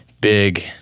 big